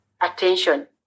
attention